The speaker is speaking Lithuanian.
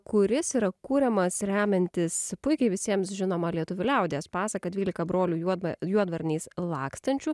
kuris yra kuriamas remiantis puikiai visiems žinoma lietuvių liaudies pasaka dvylika brolių juodą juodvarniais lakstančių